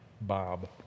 Bob